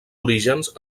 orígens